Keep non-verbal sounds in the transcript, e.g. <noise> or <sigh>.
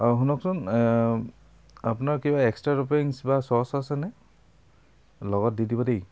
অঁ শুনকচোন আপোনাৰ কিবা এক্সট্ৰা <unintelligible> বা চ'চ আছেনে লগত দি দিব দেই